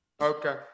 Okay